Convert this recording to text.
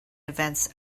events